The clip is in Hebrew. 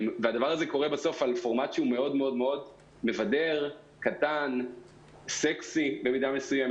זה קורה על פורמט מבדר, קטן, סקסי במידה מסוימת.